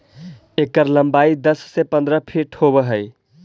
एकर लंबाई दस से पंद्रह फीट होब हई